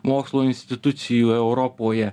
mokslo institucijų europoje